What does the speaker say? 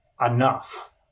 enough